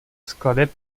skladeb